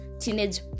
teenage